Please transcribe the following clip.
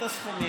את הסכומים.